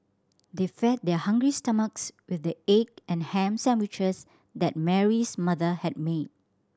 they fed their hungry stomachs with the egg and ham sandwiches that Mary's mother had made